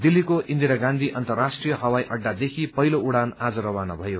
दिल्लीको इन्दिरा गाँधी अन्तर्राष्ट्रीय हवाई अड्डादेखि पहिलो उड़ान आज रवाना भयो